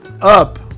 up